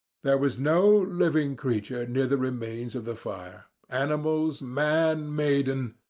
there was no living creature near the remains of the fire animals, man, maiden,